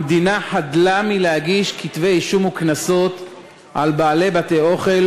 המדינה חדלה מלהגיש כתבי-אישום וקנסות על בעלי בתי-אוכל